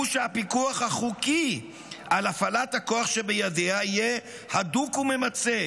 היא שהפיקוח החוקי על הפעלת הכוח שבידיה יהיה הדוק וממצה.